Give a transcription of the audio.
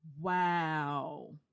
Wow